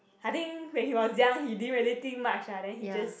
I think when he was young he didn't really think much ah then he just